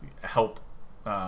help